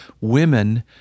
women